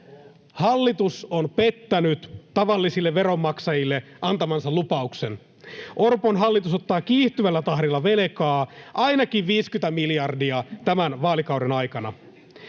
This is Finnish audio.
Hallitus on pettänyt tavallisille veronmaksajille antamansa lupauksen. Orpon hallitus ottaa kiihtyvällä tahdilla velkaa: ainakin 50 miljardia tämän vaalikauden aikana.